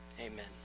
Amen